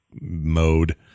mode